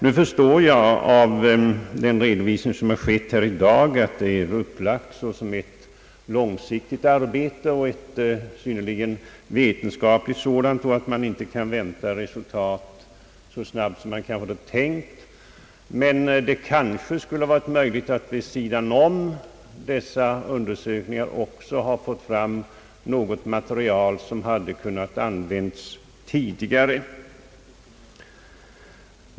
Nu förstår jag av den redovisning som gjorts i dag att det är upplagt som ett långsiktigt arbete och ett synnerligen vetenskapligt sådant och att man inte kan vänta resultat så snabbt som man kanske hade tänkt. Men det kanske hade varit möjligt att man vid sidan om dessa undersökningar också hade fått fram något material som kunde ha använts tidigare.